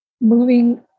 moving